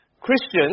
Christians